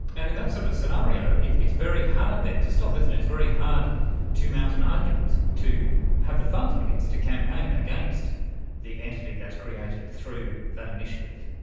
and in that sort of scenario it's it's very hard then to stop, isn't it, it's very hard to mount an argument to have the funds i guess to campaign against the entity that is created through that initiative.